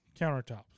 countertops